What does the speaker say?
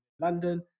london